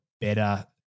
better